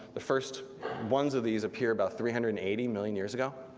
the first ones of these appeared about three hundred and eighty million years ago.